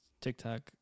TikTok